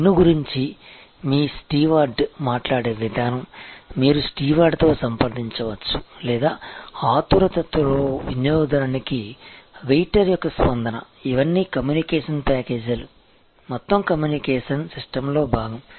menu గురించి మీ steward మాట్లాడే విధానం మీరు స్టీవార్డ్తో సంప్రదించవచ్చు లేదా ఆతురుతలో వినియోగదారునికు వెయిటర్ యొక్క స్పందన ఇవన్నీ కమ్యూనికేషన్ ప్యాకేజీలు మొత్తం కమ్యూనికేషన్ సిస్టమ్లో భాగం